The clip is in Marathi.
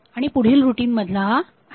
आणि पुढील रुटीन मधला हा आयडल मोड आहे